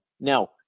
Now